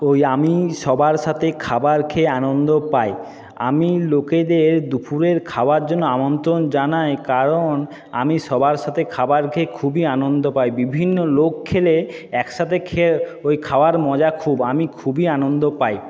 ওই আমি সবার সাথে খাবার খেয়ে আনন্দ পাই আমি লোকেদের দুপুরের খাবার জন্য আমন্ত্রণ জানাই কারণ আমি সবার সাথে খাবার খেয়ে খুবই আনন্দ পাই বিভিন্ন লোক খেলে একসাথে খেয়ে ওই খাওয়ার মজা খুব আমি খুবই আনন্দ পাই